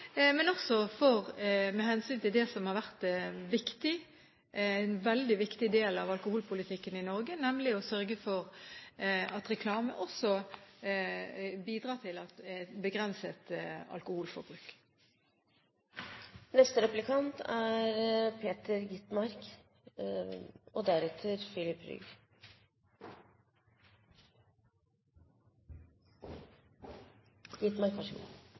Men like fullt er det viktig at vi opprettholder reklameforbudet og gjør det vi kan for å opprettholde det, både med hensyn til Vinmonopolet – å beholde monopolordningen – og med hensyn til det som har vært en veldig viktig del av alkoholpolitikken i Norge, nemlig å sørge for at reklame også bidrar til